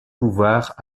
pouvoirs